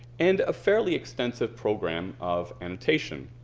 and a fairly extensive program of annotation.